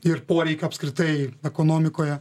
ir poreikio apskritai ekonomikoje